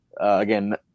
again